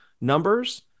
numbers